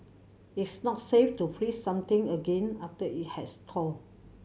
it's not safe to freeze something again after it has thawed